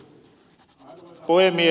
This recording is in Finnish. arvoisa puhemies